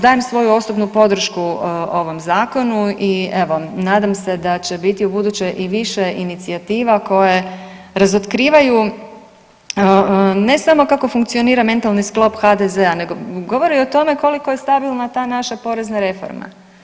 Dajem svoju osobnu podršku ovom zakonu i evo nadam se da će biti u buduće i više inicijativa koje razotkrivaju ne samo kako funkcionira mentalni sklop HDZ-a, nego govori i o tome koliko je stabilna ta naša porezna reforma.